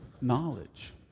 knowledge